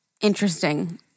interesting